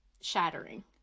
shattering